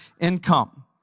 income